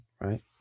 right